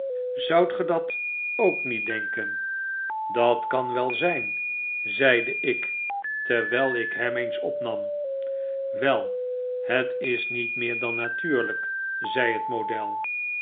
zoudt ge dat ook niet denken dat kan wel zijn zeide ik terwijl ikhem eens opnam wel het is niet meer dan natuurlijk zei het model